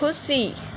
खुसी